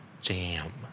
jam